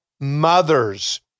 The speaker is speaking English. mothers